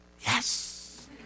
yes